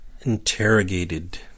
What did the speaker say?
interrogated